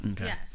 Yes